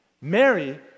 Mary